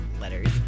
letters